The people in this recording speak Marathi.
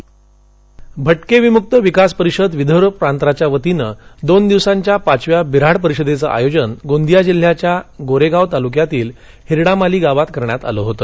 गोंदिया भटके विमक्त विकास परिषद विदर्भ प्रांतच्या वतीने दोनदिवसांच्या पाचव्या बिन्हाड परिषदेचं आयोजन गोंदिया जिल्ह्याच्या गोरेगाव तालुक्यातील हिरडामाली गावात करण्यात आलं होत